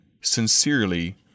Sincerely